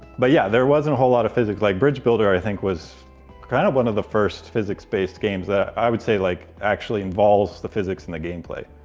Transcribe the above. but yeah, there wasn't a whole lot of physics. like bridge builder, i think, was kind of one of the first physics-based games that i would say, like, actually involves the physics in the gameplay.